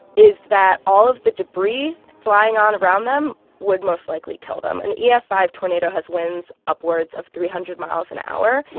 is that all of the debris flying on around them would most likely kill them. an e f five tornado has winds upwards of three hundred miles an hour.